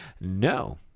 no